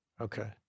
Okay